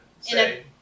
say